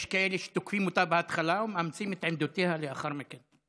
יש כאלה שתוקפים אותה בהתחלה ומאמצים את עמדותיה לאחר מכן.